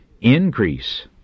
increase